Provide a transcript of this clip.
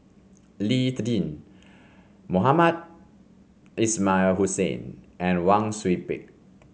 Lee Tjin Mohamed Ismail Hussain and Wang Sui Pick